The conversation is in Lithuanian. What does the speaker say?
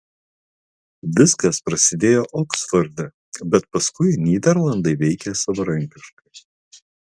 viskas prasidėjo oksforde bet paskui nyderlandai veikė savarankiškai